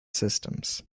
systems